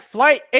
Flight